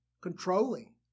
controlling